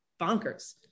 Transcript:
bonkers